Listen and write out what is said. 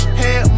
head